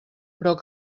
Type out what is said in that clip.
però